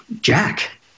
Jack